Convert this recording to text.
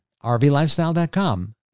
rvlifestyle.com